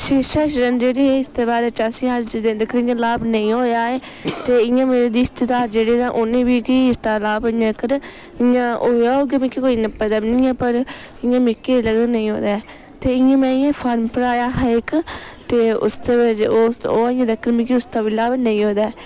शीशा जेह्ड़े इसदे बारे च अज्ज दे दिन तगर लाभ नेईं होया ऐ ते इ'यां रिश्तेदार जेह्डे़ तां उ'न्ने बी की इसदा लाभ अजें तकर इ'यां होया होग पर मिगी इ'न्ना कोई पता निं ऐ पर इ'यां मिकी ते लगदा नेईं होऐ दा ऐ ते इ'यां में इ'यां फॉर्म भराया हा इक ते उसदे बिच ओह अजें तक मिगी उसदा बी लाभ नेईं होऐ दा ऐ